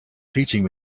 teaching